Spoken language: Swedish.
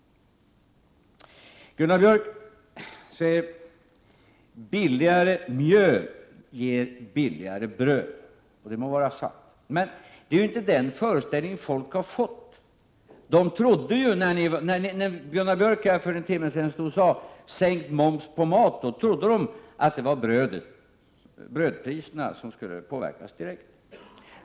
Gunnar Björk säger att billigare mjöl ger billigare bröd, och det må vara sant, men det är ju inte den föreställning som människor har fått när Gunnar Björk för en timme sedan stod här och sade att vi skulle sänka momsen på maten. Då trodde människor att det var brödpriserna som skulle påverkas direkt.